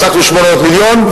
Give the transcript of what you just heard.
השגנו 800 מיליון,